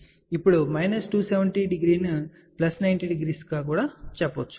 ఇప్పుడు మైనస్ 270 ను ప్లస్ 90 గా కూడా సూచించవచ్చు